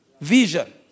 vision